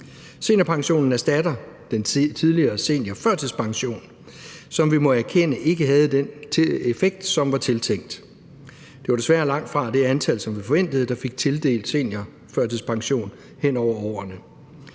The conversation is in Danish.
Seniorpensionen erstatter den tidligere seniorførtidspension, som vi må erkende ikke havde den effekt, som var tiltænkt. Det var desværre langt fra det antal, som vi forventede fik tildelt seniorførtidspension hen over årene,